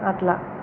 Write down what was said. అలా